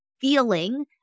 feeling